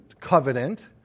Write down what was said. covenant